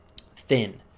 thin